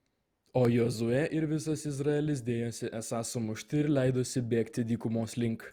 o jozuė ir visas izraelis dėjosi esą sumušti ir leidosi bėgti dykumos link